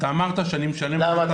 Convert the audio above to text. למה?